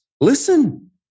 Listen